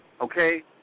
Okay